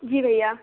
جی بھیا